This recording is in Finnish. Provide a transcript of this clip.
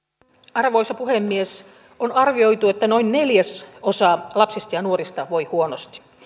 arvoisa puhemies on arvioitu että noin neljäsosa lapsista ja nuorista voi huonosti